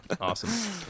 Awesome